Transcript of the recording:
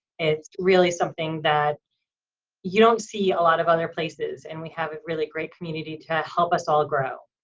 it's really something that you don't see a lot of other places and we have a really great community to help us all grow.